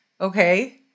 Okay